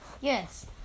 Yes